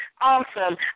awesome